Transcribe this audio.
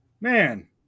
man